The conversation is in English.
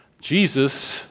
Jesus